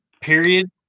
period